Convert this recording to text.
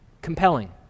compelling